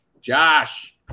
Josh